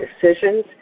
decisions